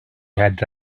had